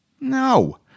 No